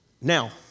Now